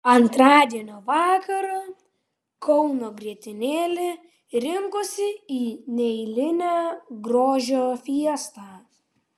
antradienio vakarą kauno grietinėlė rinkosi į neeilinę grožio fiestą